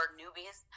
newbies